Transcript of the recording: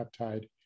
peptide